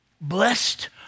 blessed